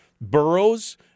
boroughs